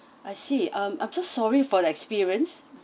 I see um I'm so sorry for the experience